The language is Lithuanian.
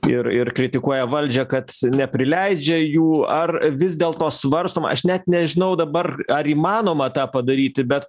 ir ir kritikuoja valdžią kad neprileidžia jų ar vis dėl to svarstoma aš net nežinau dabar ar įmanoma tą padaryti bet